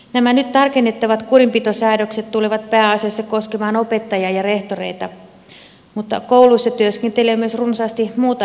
nämä nyt tarkennettavat kurinpitosäädökset tulevat pääasiassa koskemaan opettajia ja rehtoreita mutta kouluissa työskentelee myös runsaasti muuta henkilökuntaa